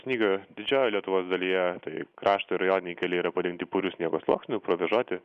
snygio didžiojoje lietuvos dalyje tai krašto ir rajoniniai keliai yra padengti puriu sniego sluoksniu provėžoti